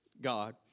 God